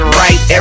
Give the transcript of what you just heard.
right